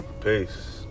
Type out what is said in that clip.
Peace